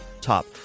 top